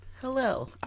hello